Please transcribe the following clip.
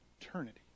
eternity